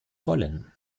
wollen